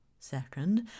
Second